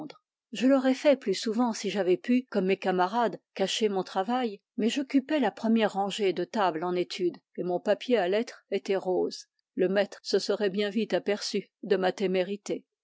je l'aurais fait plus souvent si j'avais pu comme mes camarades cacher mon travail mais j'occupais la première rangée de tables en étude et mon papier à lettres était rose le maître se serait bien vite aperçu de ma témérité